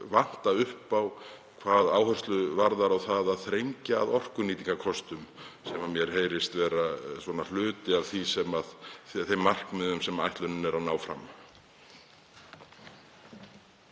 vanta upp á hvað áherslur varðar og það að þrengja að orkunýtingarkostum, sem mér heyrist vera hluti af þeim markmiðum sem ætlunin er að ná fram.